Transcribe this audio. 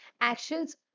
actions